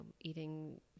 eating